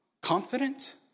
confident